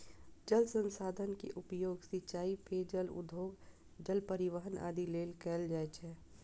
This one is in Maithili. जल संसाधन के उपयोग सिंचाइ, पेयजल, उद्योग, जल परिवहन आदि लेल कैल जाइ छै